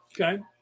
Okay